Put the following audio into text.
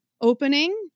opening